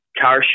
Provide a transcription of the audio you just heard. car